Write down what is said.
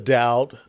doubt